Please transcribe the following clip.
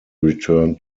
returned